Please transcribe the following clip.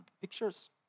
pictures